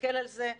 להסתכל על זה,